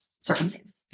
circumstances